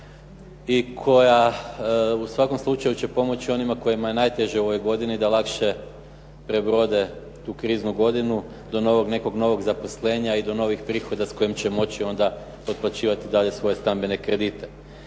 i koja u svakom slučaju će pomoći onima kojima je najteže u ovoj godini da lakše prebrode tu kriznu godinu, do novog nekog novog zaposlenja i do novih prihoda s kojim će moći onda otplaćivati dalje svoje stambene kredite.